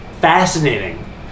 Fascinating